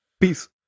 Peace